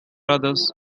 others